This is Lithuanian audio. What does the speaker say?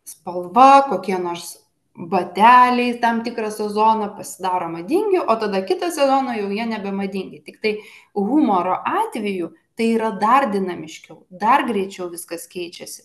spalva kokie nors bateliai tam tikrą sezoną pasidaro madingi o tada kitą sezoną jau jie nebemadingi tiktai humoro atveju tai yra dar dinamiškiau dar greičiau viskas keičiasi